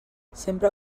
sempre